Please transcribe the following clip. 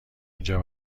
اینجا